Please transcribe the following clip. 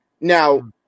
Now